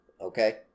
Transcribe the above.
okay